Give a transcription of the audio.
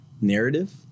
narrative